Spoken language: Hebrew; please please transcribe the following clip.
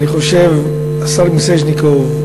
אני חושב, השר מיסז'ניקוב,